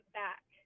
back